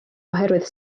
oherwydd